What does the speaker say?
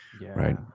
Right